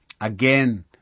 Again